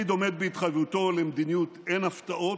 לפיד עומד בהתחייבותו למדיניות אין הפתעות,